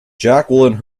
jacqueline